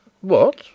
What